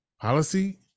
policy